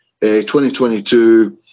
2022